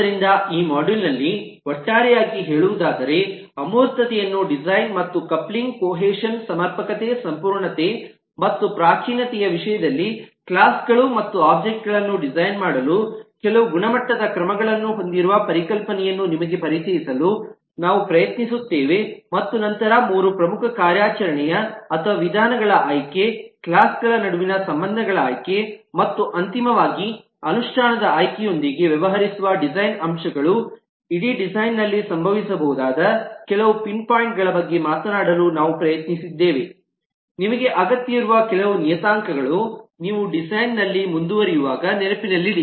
ಆದ್ದರಿಂದ ಈ ಮಾಡ್ಯೂಲ್ ನಲ್ಲಿ ಒಟ್ಟಾರೆಯಾಗಿ ಹೇಳುವುದಾದರೆ ಅಮೂರ್ತತೆಯನ್ನು ಡಿಸೈನ್ ಮತ್ತು ಕಪ್ಲಿಂಗ್ ಕೋಹೇಷನ್ ಸಮರ್ಪಕತೆ ಸಂಪೂರ್ಣತೆ ಮತ್ತು ಪ್ರಾಚೀನತೆಯ ವಿಷಯದಲ್ಲಿ ಕ್ಲಾಸ್ಗಳು ಮತ್ತು ಒಬ್ಜೆಕ್ಟ್ ಗಳನ್ನು ಡಿಸೈನ್ ಮಾಡಲು ಕೆಲವು ಗುಣಮಟ್ಟದ ಕ್ರಮಗಳನ್ನು ಹೊಂದಿರುವ ಪರಿಕಲ್ಪನೆಯನ್ನು ನಿಮಗೆ ಪರಿಚಯಿಸಲು ನಾವು ಪ್ರಯತ್ನಿಸುತ್ತೇವೆ ಮತ್ತು ನಂತರ ಮೂರು ಪ್ರಮುಖ ಕಾರ್ಯಾಚರಣೆಯ ಅಥವಾ ವಿಧಾನಗಳ ಆಯ್ಕೆ ಕ್ಲಾಸ್ ಗಳ ನಡುವಿನ ಸಂಬಂಧಗಳ ಆಯ್ಕೆ ಮತ್ತು ಅಂತಿಮವಾಗಿ ಅನುಷ್ಠಾನದ ಆಯ್ಕೆಯೊಂದಿಗೆ ವ್ಯವಹರಿಸುವ ಡಿಸೈನ್ ಅಂಶಗಳು ಇಡೀ ಡಿಸೈನ್ ನಲ್ಲಿ ಸಂಭವಿಸಬಹುದಾದ ಕೆಲವು ಪಿನ್ಪಾಯಿಂಟ್ ಗಳ ಬಗ್ಗೆ ಮಾತನಾಡಲು ನಾವು ಪ್ರಯತ್ನಿಸಿದ್ದೇವೆ ನಿಮಗೆ ಅಗತ್ಯವಿರುವ ಕೆಲವು ನಿಯತಾಂಕಗಳು ನೀವು ಡಿಸೈನ್ ನೊಂದಿಗೆ ಮುಂದುವರಿಯುವಾಗ ನೆನಪಿನಲ್ಲಿಡಿ